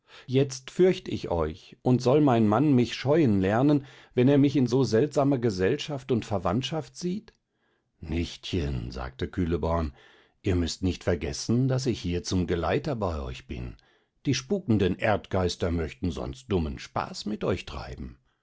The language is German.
jetzt fürcht ich euch und soll mein mann mich scheuen lernen wenn er mich in so seltsamer gesellschaft und verwandtschaft sieht nichtchen sagte kühleborn ihr müßt nicht vergessen daß ich hier zum geleiter bei euch bin die spukenden erdgeister möchten sonst dummen spaß mit euch treiben